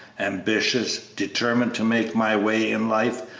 ambitious, determined to make my way in life,